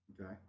Okay